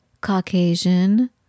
Caucasian